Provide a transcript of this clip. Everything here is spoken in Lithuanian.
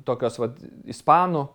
tokios vat ispanų